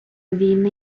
війни